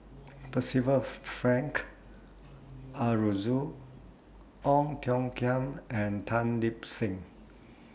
Percival Frank Aroozoo Ong Tiong Khiam and Tan Lip Seng